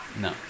No